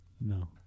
No